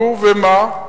נו, ומה?